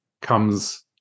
comes